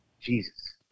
Jesus